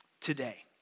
today